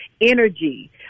energy